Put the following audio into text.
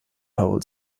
hole